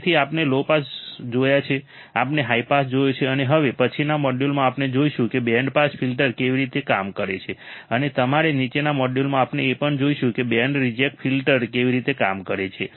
તેથી આપણે low pass જોયા છે આપણે હાઈ પાસ જોયો છે હવે પછીના મોડ્યુલમાં આપણે જોઈશું કે બેન્ડ પાસ ફિલ્ટર કેવી રીતે કામ કરે છે અને તમારા નીચેના મોડ્યુલમાં આપણે એ પણ જોઈશું કે બેન્ડ રિજેક્ટ ફિલ્ટર કેવી રીતે કામ કરે છે